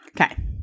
Okay